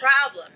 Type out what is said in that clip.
problem